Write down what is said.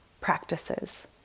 practices